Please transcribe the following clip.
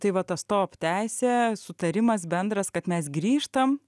tai va ta stop teisė sutarimas bendras kad mes grįžtam